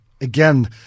again